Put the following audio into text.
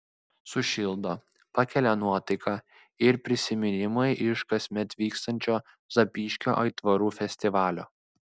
sušildo pakelia nuotaiką ir prisiminimai iš kasmet vykstančio zapyškio aitvarų festivalio